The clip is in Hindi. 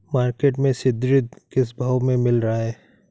मार्केट में सीद्रिल किस भाव में मिल रहा है?